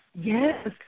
Yes